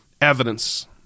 evidence